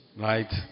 right